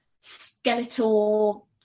skeletal